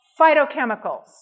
phytochemicals